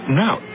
now